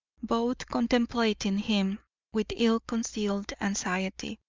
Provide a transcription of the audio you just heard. both contemplating him with ill-concealed anxiety.